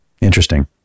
Interesting